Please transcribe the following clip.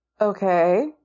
okay